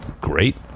Great